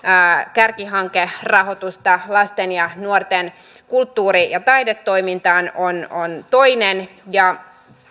kärkihankerahoitusta lasten ja nuorten kulttuuri ja taidetoiminta on on toinen ja